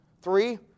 Three